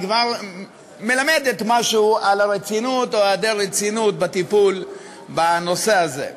היא כבר מלמדת משהו על הרצינות או היעדר רצינות בטיפול בנושא הזה.